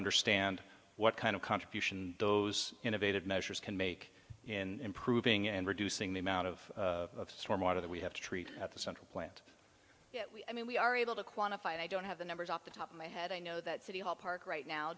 understand what kind of contribution those innovative measures can make in proving and reducing the amount of storm water that we have to treat at the central plant i mean we are able to quantify i don't have the numbers off the top of my head i know that city hall park right now